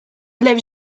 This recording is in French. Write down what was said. lev